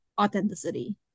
authenticity